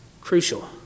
crucial